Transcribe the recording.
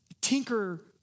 tinker